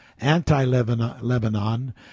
anti-Lebanon